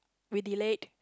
we delayed